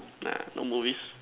nah no movies